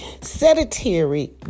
sedentary